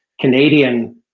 Canadian